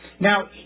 Now